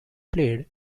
played